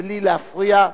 בלי להפריע.